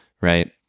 right